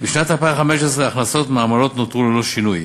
בשנת 2015 ההכנסות מעמלות נותרו ללא שינוי.